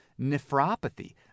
nephropathy